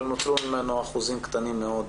אבל נותרו ממנו אחוזים קטנים מאוד.